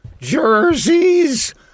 Jerseys